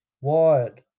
wired